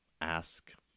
ask